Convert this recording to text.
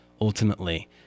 ultimately